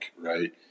right